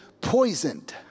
poisoned